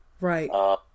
Right